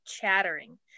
chattering